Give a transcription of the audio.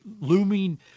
looming